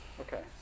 okay